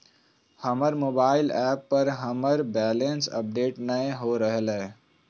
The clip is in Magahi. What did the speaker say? हमर मोबाइल ऐप पर हमर बैलेंस अपडेट नय हो रहलय हें